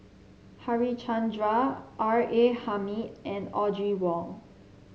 Harichandra R A Hamid and Audrey Wong